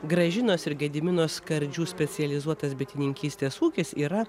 gražinos ir gedimino skardžių specializuotas bitininkystės ūkis yra